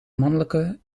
mannelijke